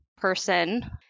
person